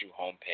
homepage